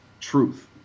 truth